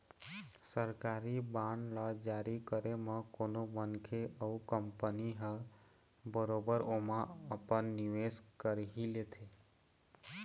सरकारी बांड ल जारी करे म कोनो मनखे अउ कंपनी ह बरोबर ओमा अपन निवेस कर ही लेथे